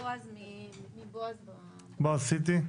אז כאמור, אני עו"ד בועז סיטי,